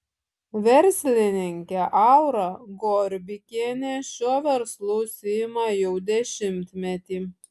verslininkė aura gorbikienė šiuo verslu užsiima jau dešimtmetį